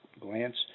glance